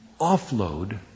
offload